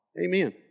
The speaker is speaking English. Amen